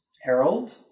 Harold